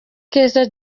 keza